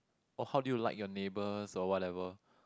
or how do you like your neighbours or whatever